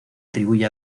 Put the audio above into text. atribuye